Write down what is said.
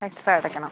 extra അടയ്ക്കണം